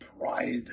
pride